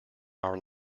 our